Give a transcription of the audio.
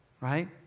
Right